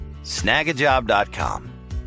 Snagajob.com